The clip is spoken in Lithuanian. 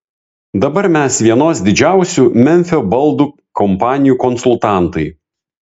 dabar mes vienos didžiausių memfio baldų kompanijų konsultantai